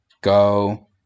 go